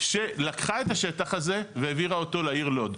שלקחה את השטח הזה והעבירה אותו לעיר לוד.